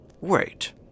Wait